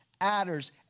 adders